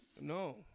No